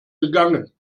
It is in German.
begangen